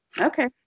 okay